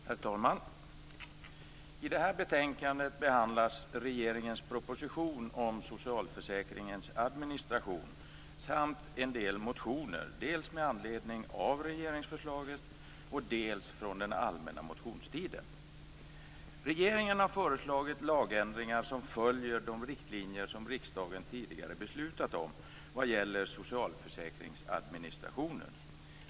Herr talman! I detta betänkande behandlas regeringens proposition om socialförsäkringens administration samt en del motioner dels med anledning av regeringsförslaget, dels från den allmänna motionstiden. Regeringen har föreslagit lagändringar som följer de riktlinjer som riksdagen tidigare beslutat om vad gäller socialförsäkringsadministrationen.